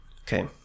okay